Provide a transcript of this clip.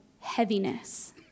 heaviness